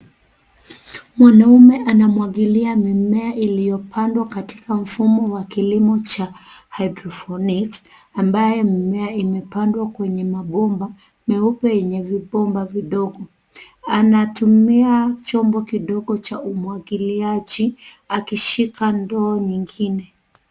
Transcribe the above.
Mwanamume anamwagilia mimea iliyopandwa katika mfumo wa kilimo cha hydroponics ambayo mimea imepandwa kwenye mabomba meupe yenye vibomba vidogo. Anatumia chombo kidogo cha umwagiliaji akishika ndoo nyingine.